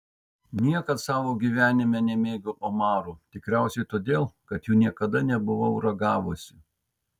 niekad savo gyvenime nemėgau omarų tikriausiai todėl kad jų niekad nebuvau ragavusi